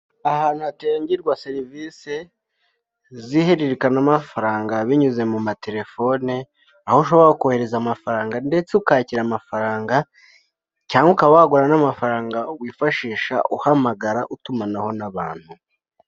Ahantu hatangirwa serivisi z'ihererekana mafaranga binyuze mu matelefone, aho ushobora kohereza amafaranga ndetse ukakira amafaranga cyangwa ukaba wagura n'amafaranga wifashisha uhamagara utumanaho n'abantu.